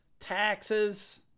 taxes